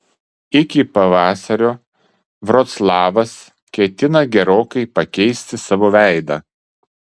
iki pavasario vroclavas ketina gerokai pakeisti savo veidą